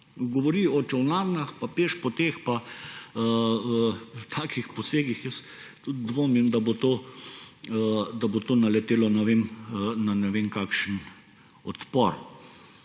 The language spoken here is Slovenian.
govori o čolnarnah pa pešpoteh in takih posegih, jaz dvomim, da bo to naletelo na ne vem kakšen odpor.